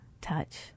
touch